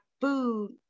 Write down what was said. food